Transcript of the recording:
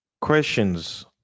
questions